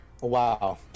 wow